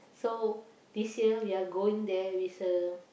so this year we are going there with a